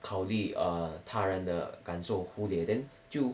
考虑 err 他人的感受忽略 then 就